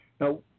Now